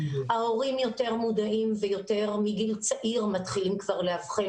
ההורים יותר מודעים ויותר מגיל צעיר מתחילים לאבחן.